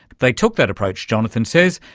they took that approach, jonathan says,